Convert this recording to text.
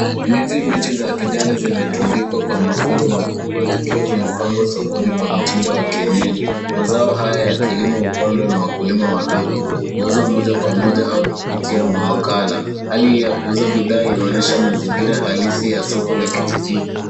Ndizi mbichi za kijani zimetundikwa kwa mafungo makubwa zikiwa zimepangwa sokoni kwa mtindo wa kienyeji. Mazao hayo ya kilimo hupandwa na wakulima wadogo. Huuzwa moja kwa moja au kupitia mawakala. Hali hii ya kuuza bidhaa inaonyesha mazingira halisi ya soko la kijijini.